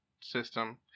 system